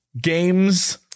games